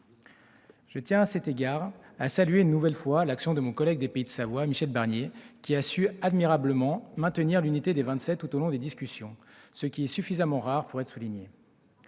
Je tiens à cet égard à saluer une nouvelle fois l'action de mon collègue des pays de Savoie Michel Barnier, qui a su admirablement maintenir l'unité des Vingt-Sept tout au long des discussions, ce qui est suffisamment rare pour être souligné.